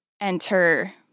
enter